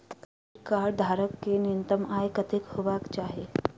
Credit card धारक कऽ न्यूनतम आय कत्तेक हेबाक चाहि?